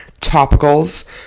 topicals